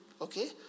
Okay